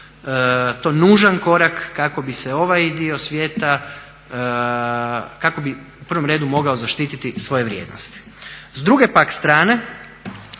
to nužan korak kako bi se ovaj dio svijeta u prvom redu mogao zaštititi svoje vrijednosti. S druge pak strane